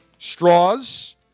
Straws